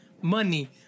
money